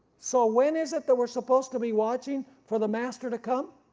so when is it that we're supposed to be watching for the master to come?